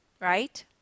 right